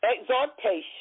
exhortation